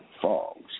fogs